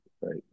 Right